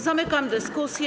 Zamykam dyskusję.